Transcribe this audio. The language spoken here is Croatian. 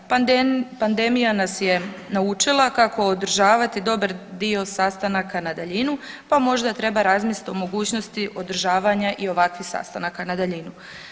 Pandemija nas je naučila kako održavati dobar dio sastanaka na daljinu, pa možda treba razmisliti o mogućnosti održavanja i ovakvih sastanaka na daljinu.